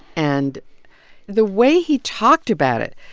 and the way he talked about it,